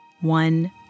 one